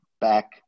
back